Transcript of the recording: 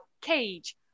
Cage